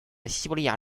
西伯利亚